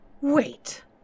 Wait